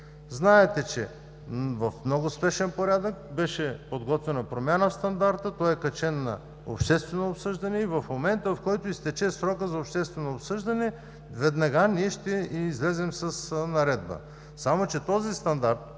Знаете, че в много спешен порядък беше подготвена промяна в стандарта, той е качен за обществено обсъждане и в момента, в който изтече срокът за обществено обсъждане, веднага ние ще излезем с наредба.